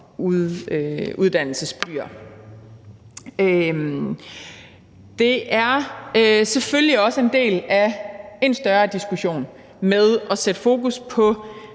uddannelsesbyer. Det er selvfølgelig også en del af en større diskussion med at sætte fokus på